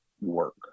work